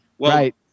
Right